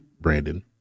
Brandon